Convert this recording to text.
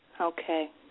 Okay